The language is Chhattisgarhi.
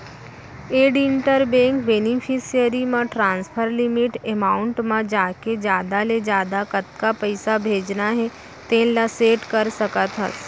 एड इंटर बेंक बेनिफिसियरी म ट्रांसफर लिमिट एमाउंट म जाके जादा ले जादा कतका पइसा भेजना हे तेन ल सेट कर सकत हस